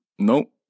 Nope